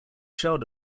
child